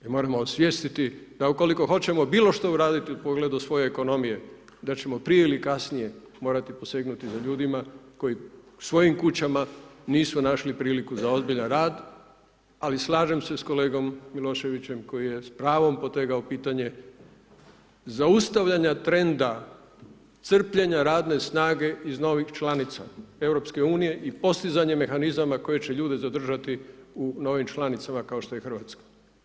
I moramo osvijestiti da ukoliko hoćemo bilo što uraditi u pogledu svoje ekonomije da ćemo prije ili kasnije morati posegnuti za ljudima koji svojim kućama nisu našli priliku za ozbiljan rad ali slažem se sa kolegom Miloševićem koji je s pravom potegao pitanje zaustavljanje trenda crpljenja radne snage iz novih članica EU i postizanje mehanizama koje će ljude zadržati u, novim članicama kao što je Hrvatska.